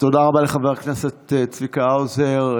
תודה רבה לחבר הכנסת צביקה האוזר.